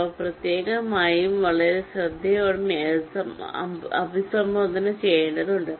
അവ പ്രത്യേകമായും വളരെ ശ്രദ്ധയോടെയും അഭിസംബോധന ചെയ്യേണ്ടതുണ്ട്